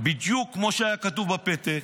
בדיוק כמו מה שהיה כתוב בפתק.